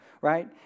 right